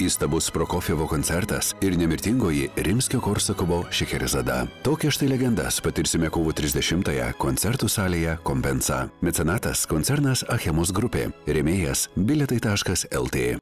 įstabus prokofjevo koncertas ir nemirtingoji rimskio korsakovo šecherizada tokias štai legendas patirsime kovo trisdešimtąją koncertų salėje kompensa mecenatas koncernas achemos grupė rėmėjas bilietai taškas lt